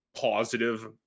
positive